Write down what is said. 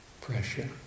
pressure